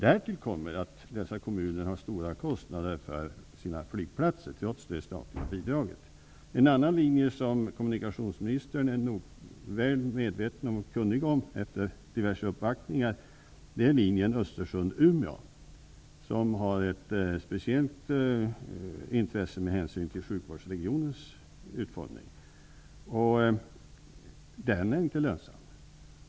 Därtill kommer att dessa kommuner har stora kostnader för sina flygplatser, trots det statliga bidraget. En annan linje som kommunikationsministern är väl kunnig om, efter diverse uppvaktningar, är Östersund--Umeå. Den är av speciellt intresse med tanke på sjukvårdsregionens utformning, och den linjen är inte lönsam.